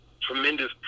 tremendous